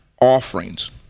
offerings